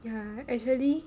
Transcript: ya actually